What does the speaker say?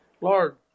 Lord